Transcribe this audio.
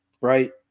right